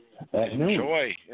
Enjoy